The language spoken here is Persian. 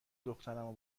دخترمو